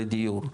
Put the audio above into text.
או לדיור,